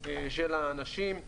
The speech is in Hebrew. של האנשים.